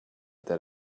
that